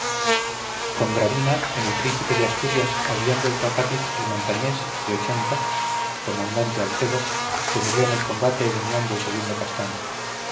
con gravina en el príncipe de asturias habían vuelto a cádiz el montañés de comandante alcedo que murió en el combate en unión del segundo castaños